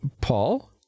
Paul